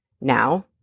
now